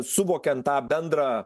suvokiant tą bendrą